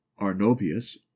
Arnobius